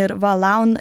ir valaun